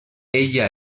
ella